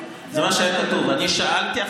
אני שאלתי,